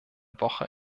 woche